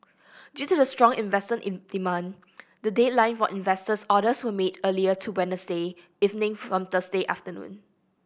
due to the strong investor in demand the deadline for investor orders were made earlier to Wednesday evening from Thursday afternoon